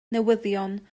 newyddion